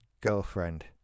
girlfriend